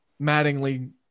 Mattingly